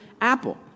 apple